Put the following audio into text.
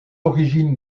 origine